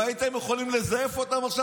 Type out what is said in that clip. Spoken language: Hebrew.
אם הייתם יכולים לזייף אותן עכשיו,